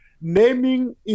naming